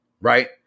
right